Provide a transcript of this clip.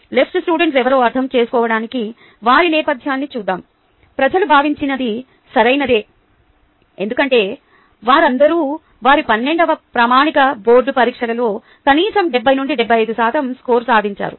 LS ఎవరో అర్థం చేసుకోవడానికి వారి నేపథ్యాన్ని చూద్దాం ప్రజలు భావించినది సరైనది ఎందుకంటే వారందరూ వారి 12 వ ప్రామాణిక బోర్డు పరీక్షలలో కనీసం 70 నుండి 75 శాతం స్కోరు సాధించారు